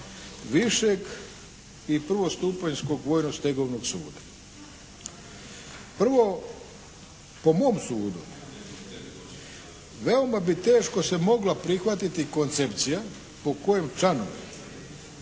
višeg i prvostupanjskog vojnog stegovnog suda. Prvo, po mom sudu, veoma bi teško se mogla prihvatiti koncepcija po kojem članovi